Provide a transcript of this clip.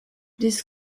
this